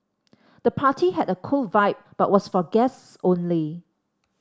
the party had a cool vibe but was for guests only